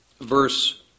verse